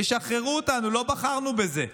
תשחררו אותנו, לא בחרנו בזה.